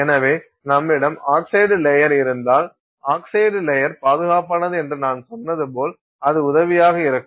எனவே நம்மிடம் oxide layer இருந்தால் ஆக்சைடு லேயர் பாதுகாப்பானது என்று நான் சொன்னது போல் அது உதவியாக இருக்கும்